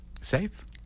safe